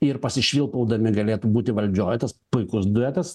ir pasišvilpaudami galėtų būti valdžioj tas puikus duetas